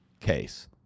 case